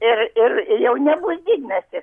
ir ir ir jau nebus didmiestis